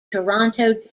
toronto